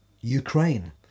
Ukraine